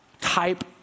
type